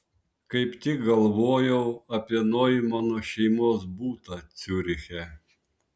kaip tik galvojau apie noimano šeimos butą ciuriche